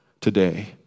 today